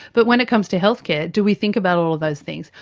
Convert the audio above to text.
but when it comes to healthcare, do we think about all of those things?